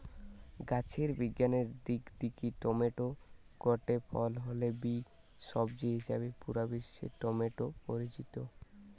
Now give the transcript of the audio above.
গাছের বিজ্ঞানের দিক দিকি টমেটো গটে ফল হলে বি, সবজি হিসাবেই পুরা বিশ্বে টমেটো পরিচিত